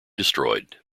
destroyed